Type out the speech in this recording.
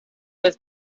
was